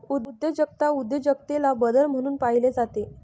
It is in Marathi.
उद्योजकता उद्योजकतेला बदल म्हणून पाहिले जाते